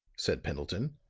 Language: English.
said pendleton